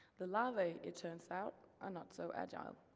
the larvae, it turns out, are not so agile.